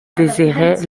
désirait